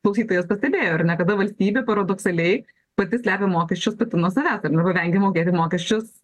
klausytojas pastebėjo ar ne kada valstybė paradoksaliai pati slepia mokesčius pati nuo savęs ar ne va vengia mokėti mokesčius